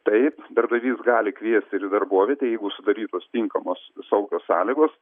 taip darbdavys gali kviesti ir darbovietę jeigu sudarytos tinkamos saugios sąlygos